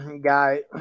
guy